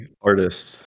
artists